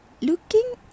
Looking